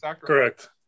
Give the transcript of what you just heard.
Correct